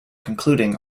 concluding